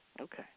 Okay